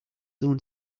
soon